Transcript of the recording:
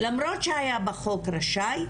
למרות שהיה בחוק "ראשי",